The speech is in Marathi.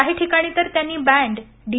काही ठिकाणी तर त्यांनी बॅण्ड डी